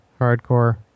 Hardcore